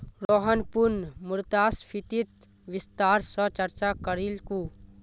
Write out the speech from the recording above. रोहन पुनः मुद्रास्फीतित विस्तार स चर्चा करीलकू